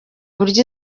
buryo